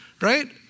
Right